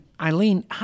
Eileen